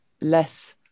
less